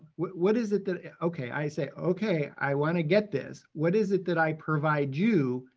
what what is it that, okay, i say, okay, i want to get this, what is it that i provide you,